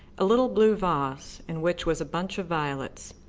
a little blue vase, in which was a bunch of violets.